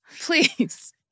Please